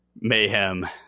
mayhem